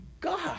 God